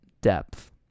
depth